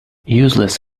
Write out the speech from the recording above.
useless